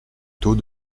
taux